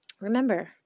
Remember